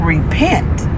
Repent